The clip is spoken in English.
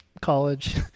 college